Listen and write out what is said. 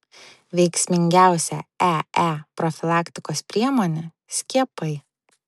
veiksmingiausia ee profilaktikos priemonė skiepai